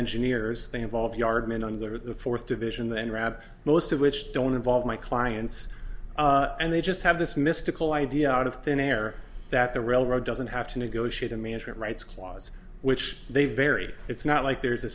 engineers they involve yardman under the fourth division then rab most of which don't involve my clients and they just have this mystical idea out of thin air that the railroad doesn't have to negotiate a management rights clause which they very it's not like there's a